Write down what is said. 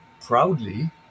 proudly